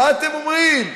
מה אתם אומרים?